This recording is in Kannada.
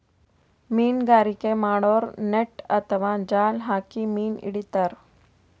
ಮೀನ್ಗಾರಿಕೆ ಮಾಡೋರು ನೆಟ್ಟ್ ಅಥವಾ ಜಾಲ್ ಹಾಕಿ ಮೀನ್ ಹಿಡಿತಾರ್